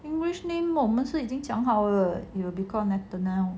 english name 我们是已经讲好了 he will be called nathanel